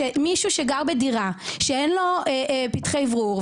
שמישהו שגר בדירה שאין בה פתחי אוורור